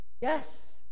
yes